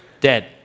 Dead